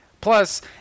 Plus